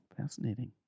fascinating